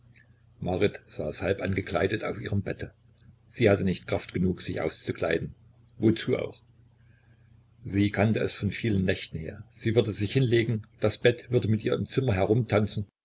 saß halbangekleidet auf ihrem bette sie hatte nicht kraft genug sich auszukleiden wozu auch sie kannte es von vielen nächten her sie würde sich hinlegen das bett würde mit ihr im zimmer herumtanzen